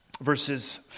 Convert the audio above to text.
verses